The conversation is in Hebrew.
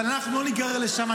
אבל אנחנו לא ניגרר לשם.